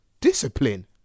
Discipline